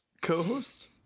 co-host